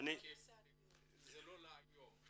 לא להיום.